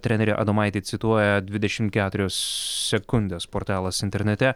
trenerį adomaitį cituoja dvidešimt keturios sekundės portalas internete